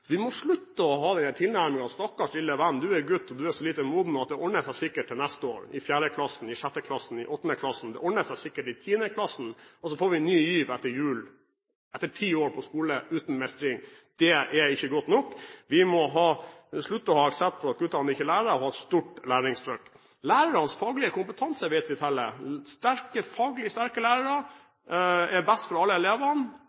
vi må slutte å ha denne tilnærmingen: Stakkars, lille venn, du er gutt og så lite moden at det ordner seg sikkert til neste år, i 4. klasse, i 6. klasse, i 8 klasse, i 10. klasse, og så får vi Ny GIV etter jul – etter ti år på skolen uten mestring. Det er ikke godt nok. Vi må slutte å ha aksept for at gutter ikke lærer, men ha et stort læringstrykk. Lærernes faglige kompetanse vet vi teller. Faglig sterke